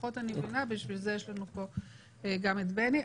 בשביל זה יש לנו פה גם את בני,